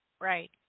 Right